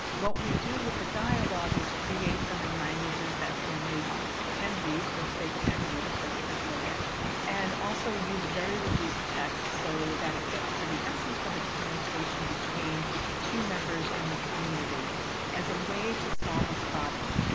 what we do with the dialogue is create them in languages that families can read if they can read, if they're print-literate and also use very reduced text so that it gets to the essence of a communication between two members in the community as a way to solve a problem.